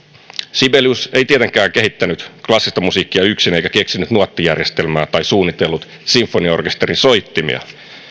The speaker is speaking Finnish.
sibelius ei tietenkään kehittänyt klassista musiikkia yksin eikä keksinyt nuottijärjestelmää tai suunnitellut sinfoniaorkesterin soittimia